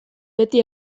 beti